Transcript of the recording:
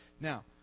now